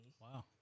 Wow